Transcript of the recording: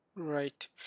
Right